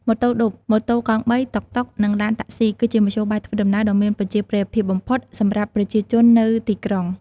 ម៉ូតូឌុប ម៉ូតូកង់បី តុកតុក និងឡានតាក់ស៊ី គឺជាមធ្យោបាយធ្វើដំណើរដ៏មានប្រជាប្រិយភាពបំផុតសម្រាប់ប្រជាជននៅទីក្រុង។